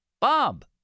Bob